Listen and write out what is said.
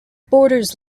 borders